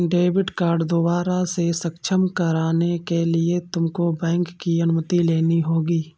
debit card दोबारा से सक्षम कराने के लिए तुमको बैंक की अनुमति लेनी होगी